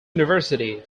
university